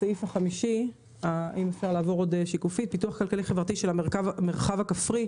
הסעיף החמישי הוא פיתוח כלכלי וחברתי של המרחב הכפרי.